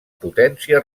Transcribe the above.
potència